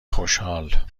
خوشحال